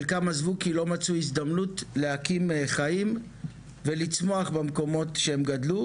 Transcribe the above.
חלקם עזבו כי לא מצאו הזדמנות להקים חיים ולצמוח במקומות שהם גדלו,